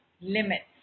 limits